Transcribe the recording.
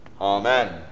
Amen